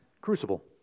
crucible